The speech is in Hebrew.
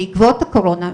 או בעקבות הקורונה,